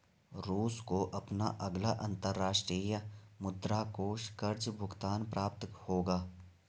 रूस को अपना अगला अंतर्राष्ट्रीय मुद्रा कोष कर्ज़ भुगतान प्राप्त होगा